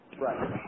Right